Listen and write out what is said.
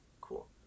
Cool